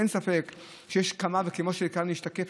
אין ספק שכמו שכאן משתקף,